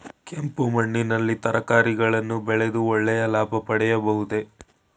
ಕೆಂಪು ಮಣ್ಣಿನಲ್ಲಿ ತರಕಾರಿಗಳನ್ನು ಬೆಳೆದು ಒಳ್ಳೆಯ ಲಾಭ ಪಡೆಯಬಹುದೇ?